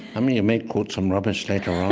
i mean, you may quote some rubbish later on